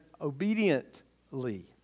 obediently